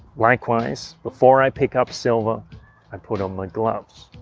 likewise before i pick up silver i put on my gloves.